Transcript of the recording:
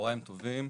צהריים טובים.